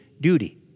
duty